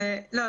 לא.